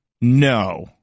No